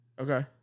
Okay